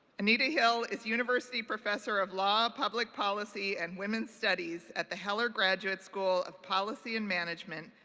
anita hill is university professor of law, public policy, and women's studies at the heller graduate school of policy and management,